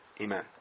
Amen